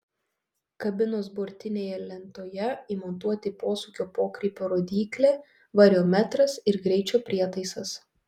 kabinos bortinėje lentoje įmontuoti posūkio pokrypio rodyklė variometras ir greičio prietaisas